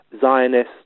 Zionists